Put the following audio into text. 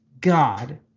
God